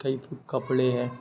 कई कपड़े हैं